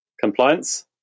compliance